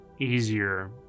Easier